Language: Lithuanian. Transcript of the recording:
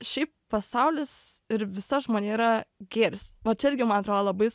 šiaip pasaulis ir visa žmonija yra gėris va čia irgi man atrodo labai